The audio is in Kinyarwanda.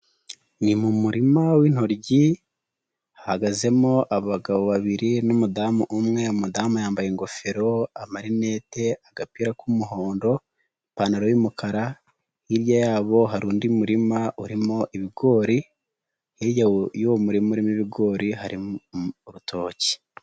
Ni mu murima w'intoryi hahagazemo abagabo babiri n'umudamu umwe, umudamu yambaye: ingofero, amarinete, agapira k'umuhondo, ipantaro y'umukara, hirya yabo hari undi murima urimo ibigori hirya y'uwo murima urimo ibigori harimo urutoki.